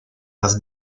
las